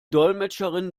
dolmetscherin